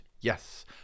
Yes